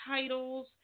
titles